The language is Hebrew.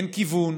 אין כיוון.